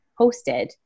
hosted